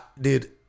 Dude